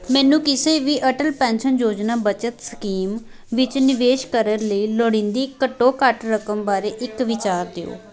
ਮੈਨੂੰ ਕਿਸੇ ਵੀ ਅਟਲ ਪੈਨਸ਼ਨ ਯੋਜਨਾ ਬੱਚਤ ਸਕੀਮ ਵਿੱਚ ਨਿਵੇਸ਼ ਕਰਨ ਲਈ ਲੋੜੀਂਦੀ ਘੱਟੋ ਘੱਟ ਰਕਮ ਬਾਰੇ ਇੱਕ ਵਿਚਾਰ ਦਿਓ